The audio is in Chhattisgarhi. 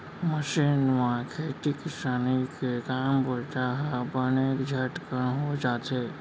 मसीन म खेती किसानी के काम बूता ह बने झटकन हो जाथे